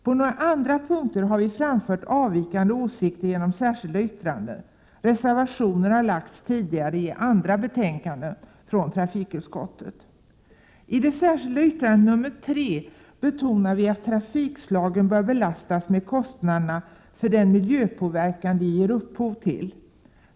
På några andra punkter har vi genom särskilda yttranden framfört avvikande åsikter — reservationer har avgivits tidigare i andra betänkanden från trafikutskottet. I det särskilda yttrandet nr 3 betonar vi att de olika trafikslagen bör belastas med kostnaderna för den miljöpåverkan som de ger upphov till.